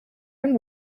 own